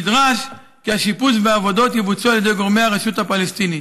נדרש כי השיפוץ והעבודות יבוצעו על ידי גורמי הרשות הפלסטינית.